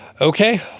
Okay